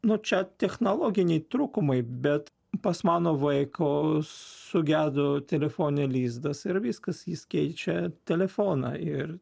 nuo čia technologiniai trūkumai bet pas mano vaiko sugedo telefone lizdas ir viskas jis keičia telefoną ir